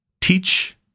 teach